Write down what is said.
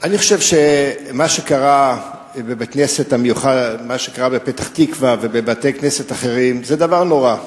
אני חושב שמה שקרה בבית-הכנסת בפתח-תקווה ובבתי-כנסת אחרים זה דבר נורא.